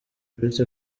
uretse